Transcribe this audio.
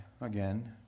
Again